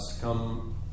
Come